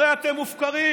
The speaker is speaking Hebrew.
הרי אתם מופקרים.